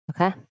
Okay